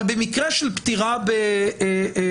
אבל במקרה של פטירה במסגרת,